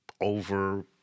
over